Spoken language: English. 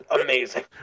amazing